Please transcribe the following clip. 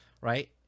Right